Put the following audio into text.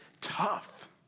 tough